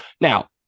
Now